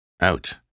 Out